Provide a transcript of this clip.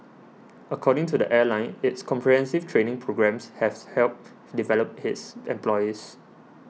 according to the airline its comprehensive training programmes have helped develop its employees